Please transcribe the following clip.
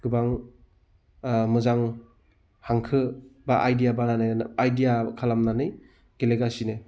गोबां मोजां हांखो बा आइदिया बानायनानै बा खालामनानै गेलेगासिनो